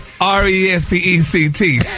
R-E-S-P-E-C-T